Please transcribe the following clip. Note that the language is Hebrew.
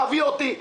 תביא אותי,